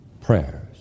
prayers